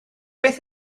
beth